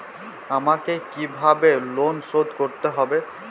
আমাকে কিভাবে লোন শোধ করতে হবে?